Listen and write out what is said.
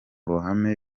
ruhame